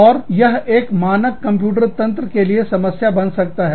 और यह एक मानक कंप्यूटर तंत्र के लिए समस्या बन सकता है